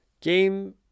Game